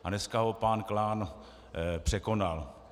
A dneska ho pan Klán překonal.